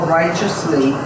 righteously